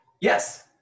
Yes